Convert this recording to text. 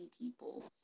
people